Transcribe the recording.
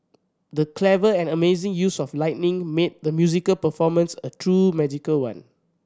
the clever and amazing use of lighting made the musical performance a true magical one